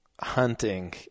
hunting